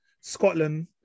Scotland